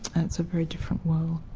and it's a very different world.